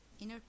inner